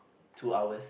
two hours